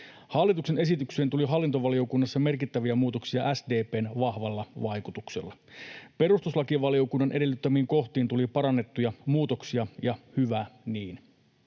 Hallituksen esitykseen tuli hallintovaliokunnassa merkittäviä muutoksia SDP:n vahvalla vaikutuksella. Perustuslakivaliokunnan edellyttämiin kohtiin tuli parannettuja muutoksia, ja hyvä niin.